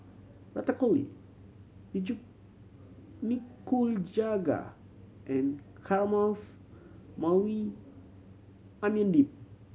Ratatouille Nikujaga and Caramelized Maui Onion Dip